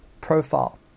profile